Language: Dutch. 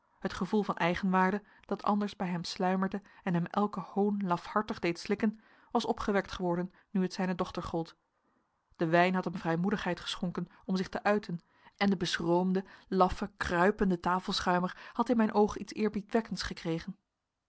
het gevoel van eigenwaarde dat anders bij hem sluimerde en hem elken hoon lafhartig deed slikken was opgewekt geworden nu het zijne dochter gold de wijn had hem vrijmoedigheid geschonken om zich te uiten en de beschroomde laffe kruipende tafelschuimer had in mijn oog iets